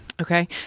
Okay